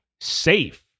safe